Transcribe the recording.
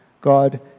God